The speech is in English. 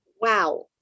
Wow